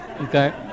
Okay